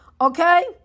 okay